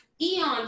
eons